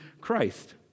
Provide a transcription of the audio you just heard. Christ